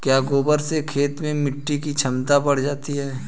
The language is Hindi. क्या गोबर से खेत में मिटी की क्षमता बढ़ जाती है?